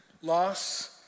loss